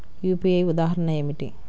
UPI ఉదాహరణ ఏమిటి?